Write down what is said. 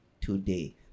today